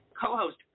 co-host